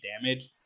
damage